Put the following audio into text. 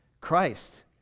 Christ